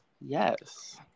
yes